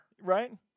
right